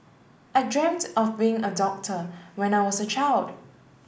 I dreamt of being a doctor when I was a child